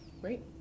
Great